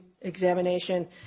examination